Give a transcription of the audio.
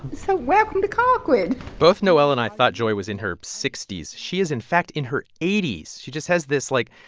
so welcome to colquitt both noel and i thought joy was in her sixty s. she is, in fact, in her eighty s. she just has this, like,